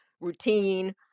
routine